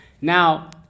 Now